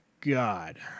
God